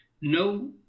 no